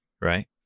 Right